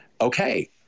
Okay